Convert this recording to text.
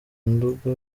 nduga